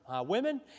women